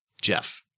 Jeff